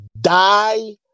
die